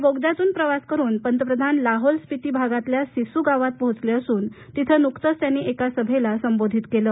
या बोगद्यातून प्रवास करून ते लाहोल स्पिती भागातील सिससु गावात पोहोचले असून तिथं नुकतच त्यांनी एका सभेला संबोधित केलं